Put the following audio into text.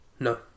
No